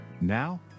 now